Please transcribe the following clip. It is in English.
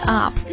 up